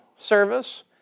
service